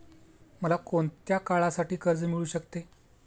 मला कोणत्या काळासाठी कर्ज मिळू शकते?